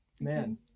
Man